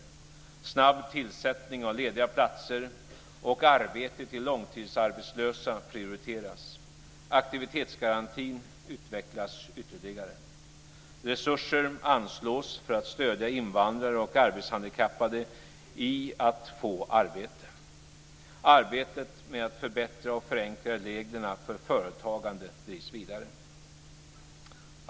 Snabb tillsättning av lediga platser och arbete till långtidsarbetslösa prioriteras. Aktivitetsgarantin utvecklas ytterligare. Resurser anslås för att stödja invandrare och arbetshandikappade i att få ett arbete. Arbetet med att förbättra och förenkla reglerna för företagande drivs vidare.